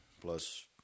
plus